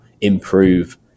improve